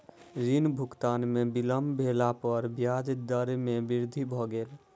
ऋण भुगतान में विलम्ब भेला पर ब्याज दर में वृद्धि भ गेल